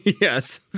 yes